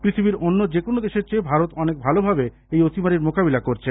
পৃথিবীর অন্য যেকোনো দেশের চেয়ে ভারত অনেক ভালোভাবে এই অতিমারীর মোকাবিলা করছে